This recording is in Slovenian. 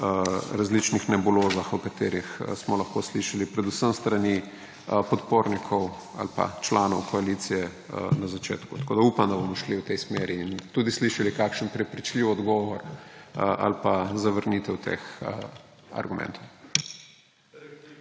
različnih nebulozah, o katerih smo lahko slišali predvsem s strani podpornikov ali pa članov koalicije na začetku. Upam, da bomo šli v tej smeri in tudi slišali kakšen prepričljiv odgovor ali pa zavrnitev teh argumentov.